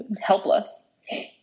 helpless